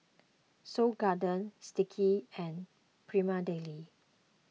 Seoul Garden Sticky and Prima Deli